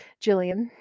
Jillian